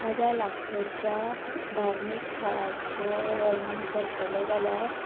म्हज्या लागसरच्या धार्मीक थळाचें वर्णन करतलें जाल्यार